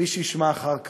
ומי שישמע אחר כך,